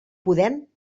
podent